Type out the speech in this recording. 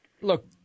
look